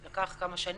אמנם לקח כמה שנים,